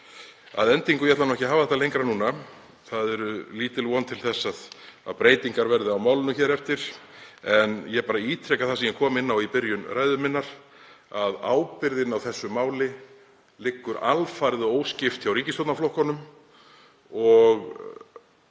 á punt. Ég ætla ekki að hafa þetta lengra núna. Það er lítil von til þess að breytingar verði á málinu hér eftir. Ég ítreka bara það, sem ég kom inn á í byrjun ræðu minnar, að ábyrgðin í þessu máli liggur alfarið og óskipt hjá ríkisstjórnarflokkunum.